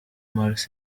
mars